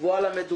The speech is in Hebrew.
שבו על המדוכה.